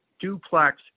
Duplex